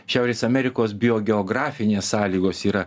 šiaurės amerikos biogeografinės sąlygos yra